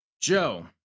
Joe